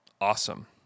awesome